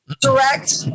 direct